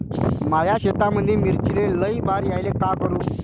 माया शेतामंदी मिर्चीले लई बार यायले का करू?